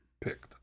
picked